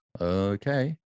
Okay